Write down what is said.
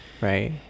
right